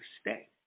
stay